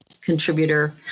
contributor